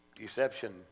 deception